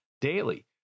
daily